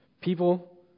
people